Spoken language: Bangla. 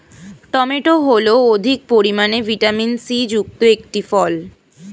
টমেটো হল অধিক পরিমাণে ভিটামিন সি যুক্ত একটি ফল